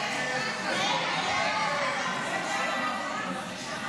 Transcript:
להעביר לוועדה את הצעת חוק יום הזיכרון לטבח שמחת תורה,